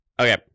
okay